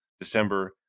December